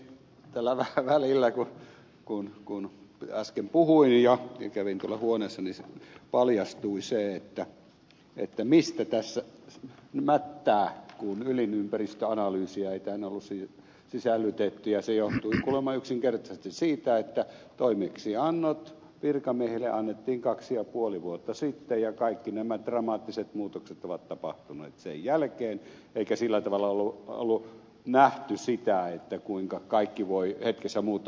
tällä välillä kun äsken puhuin ja kävin tuolla huoneessani paljastui se mistä tässä mättää kun ympäristöanalyysia ei tähän ollut sisällytetty ja se johtuu kuulemma yksinkertaisesti siitä että toimeksiannot virkamiehille annettiin kaksi ja puoli vuotta sitten ja kaikki nämä dramaattiset muutokset ovat tapahtuneet sen jälkeen eikä sillä tavalla ollut nähty sitä kuinka kaikki voi hetkessä muuttua